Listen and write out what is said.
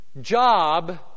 job